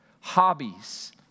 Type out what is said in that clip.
hobbies